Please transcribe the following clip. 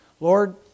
Lord